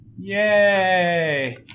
Yay